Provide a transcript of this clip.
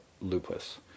lupus